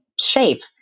shape